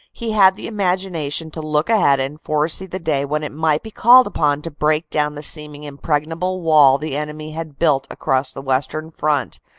he had the imagination to look ahead and foresee the day when it might be called upon to break down the seeming impregnable wall the enemy had built across the western front,